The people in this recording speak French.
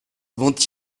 vont